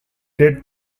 did